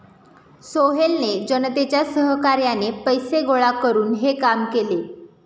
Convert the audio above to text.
सोहेलने जनतेच्या सहकार्याने पैसे गोळा करून हे काम केले